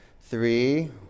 Three